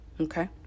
okay